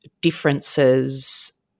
differences